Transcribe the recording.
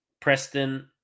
Preston